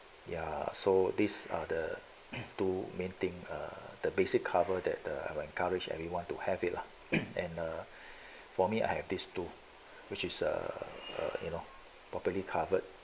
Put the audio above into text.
ya so these are the two main thing err the basic cover that I will encourage everyone to have it lah and err for me I have these two which is uh uh you know properly covered